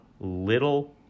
little